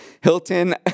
Hilton